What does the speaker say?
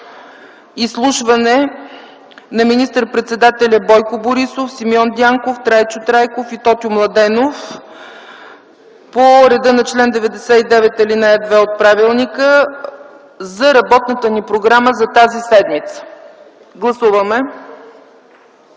изслушване на министър-председателя Бойко Борисов, Симеон Дянков, Трайчо Трайков и Тотю Младенов по реда на чл. 99, ал. 2 от правилника за работната ни програма за тази седмица. Гласуваме!